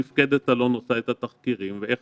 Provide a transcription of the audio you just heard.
איך מפקדת אלון עושה את התחקירים ואיך